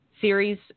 series